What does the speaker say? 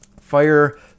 Fire